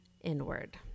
inward